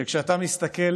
שכשאתה מסתכל